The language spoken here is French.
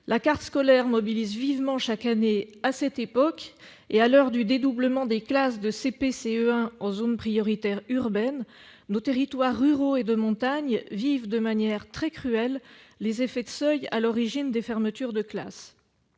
La carte scolaire mobilise vivement chaque année à cette époque et, à l'heure du dédoublement des classes de CP-CE1 en zone prioritaire urbaine, nos territoires ruraux et de montagne ressentent cruellement les effets de seuil à l'origine des fermetures de classes.